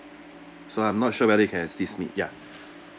so I'm not sure whether you can assist me ya